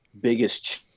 biggest